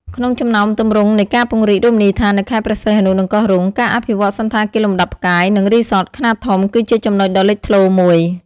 ក្នុងចំណោមទម្រង់នៃការពង្រីករមណីយដ្ឋាននៅខេត្តព្រះសីហនុ និងកោះរ៉ុង ការអភិវឌ្ឍ សណ្ឋាគារលំដាប់ផ្កាយ និង រីសតខ្នាតធំ គឺជាចំណុចដ៏លេចធ្លោមួយ។